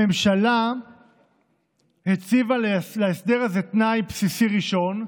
הממשלה הציבה להסדר הזה תנאי בסיסי ראשון,